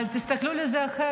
אבל תסתכלו על זה אחרת.